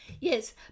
Yes